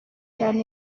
cyane